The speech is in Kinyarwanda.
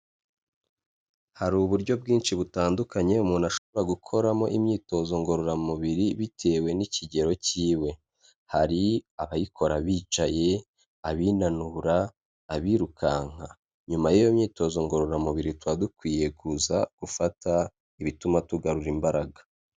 Hari uburyo bwinshi butandukanye umuntu ashobora gukoramo imyitozo ngororamubiri, bitewe n'ikigero cyiwe. Hari abayikora bicaye, abinanura, abirukanka, nyuma y'iyo myitozo ngororamubiri tuba dukwiye kuza gufata ibituma tugarura imbaraga.